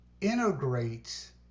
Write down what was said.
integrates